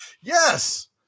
Yes